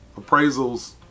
appraisals